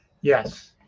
yes